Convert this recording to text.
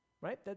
right